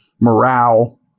morale